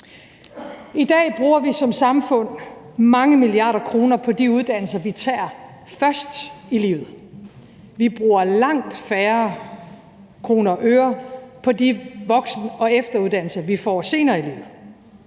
I dag bruger vi som samfund mange milliarder kroner på de uddannelser, vi tager først i livet. Vi bruger langt færre kroner og øre på de voksen- og efteruddannelser, vi får senere i livet.